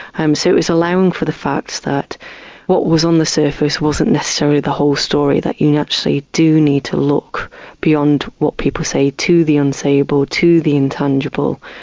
um so it was allowing for the fact that what was on the surface wasn't necessarily the whole story, that you actually do need to look beyond what people say to the unassailable, to the intangible,